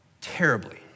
terribly